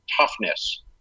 toughness